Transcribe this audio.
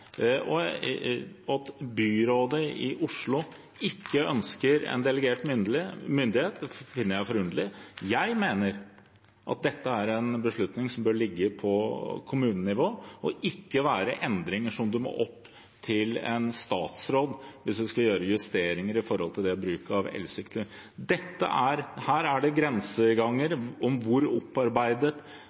bør ha. At byrådet i Oslo ikke ønsker å få delegert myndighet, finner jeg forunderlig. Jeg mener at dette er en beslutning som bør ligge på kommunenivå, og ikke at det må opp på statsrådsnivå hvis det skal gjøres justeringer for bruk av elsykler. Her er det grenseganger om hvor opparbeidet